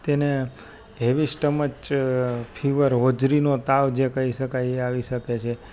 તેને heavy stomach fever હોજરીનો તાવ જે કહી શકાય એ આવી શકે છે